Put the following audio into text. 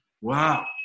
wow